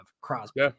Crosby